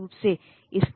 इसे कैसे किया जा सकता है